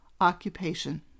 occupation